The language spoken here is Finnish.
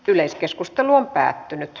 yleiskeskustelua ei syntynyt